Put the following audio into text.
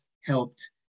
helped